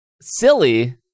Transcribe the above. silly